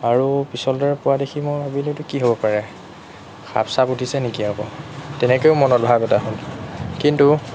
আৰু পিছল দৰে পোৱা দেখি মই ভাবিলোঁ এইটো কি হ'ব পাৰে সাপ চাপ উঠিছে নেকি আকৌ তেনেকৈও মনত ভাৱ এটা হ'ল কিন্তু